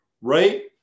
right